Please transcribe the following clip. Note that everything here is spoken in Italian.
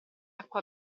acqua